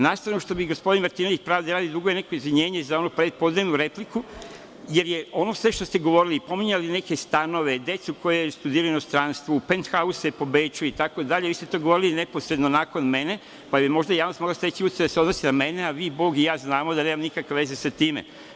Na stranu što mi gospodin Martinović, pravde radi, duguje neko izvinjenje za onu prepodnevnu repliku, jer je ono sve što ste govorili i pominjali neke stanove, decu koja studiraju u inostranstvu, penthause po Beču itd, vi ste to govorili neposredno nakon mene, pa bi možda javnost mogla steći utisak da se odnosi na mene, a vi, Bog i ja znamo da nemam nikakve veze sa time.